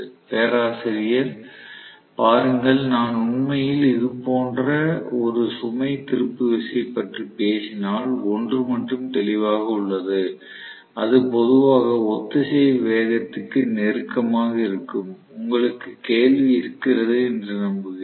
பேராசிரியர் பாருங்கள் நான் உண்மையில் இது போன்ற ஒரு சுமை திருப்பு விசை பற்றி பேசினால் ஒன்று மட்டும் தெளிவாக உள்ளது அது பொதுவாக ஒத்திசைவு வேகத்திற்கு நெருக்கமாக இருக்கும் உங்களுக்கு கேள்வி இருக்கிறது என்று நம்புகிறேன்